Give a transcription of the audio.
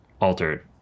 altered